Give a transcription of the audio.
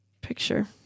picture